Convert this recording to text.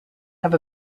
have